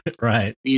Right